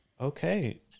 Okay